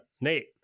Nate